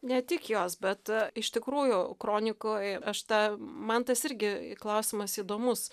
ne tik jos bet iš tikrųjų kronikoj aš tą man tas irgi klausimas įdomus